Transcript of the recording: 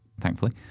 thankfully